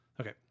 Okay